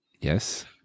Yes